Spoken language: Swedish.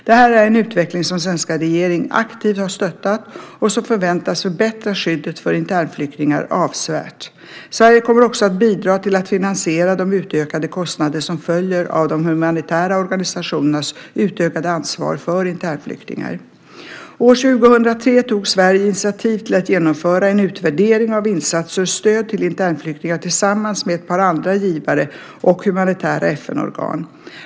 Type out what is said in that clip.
Det här är en utveckling som svenska regeringen aktivt har stöttat och som förväntas förbättra skyddet för internflyktingar avsevärt. Sverige kommer också att bidra till att finansiera de utökade kostnader som följer av de humanitära organisationernas utökade ansvar för internflyktingar. År 2003 tog Sverige initiativ till att genomföra en utvärdering av insatser och stöd till internflyktingar tillsammans med ett par andra givare och humanitära FN-organ.